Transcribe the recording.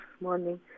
morning